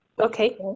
Okay